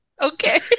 Okay